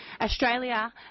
Australia